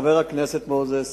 חבר הכנסת מוזס,